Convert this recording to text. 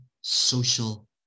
social